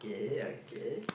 yes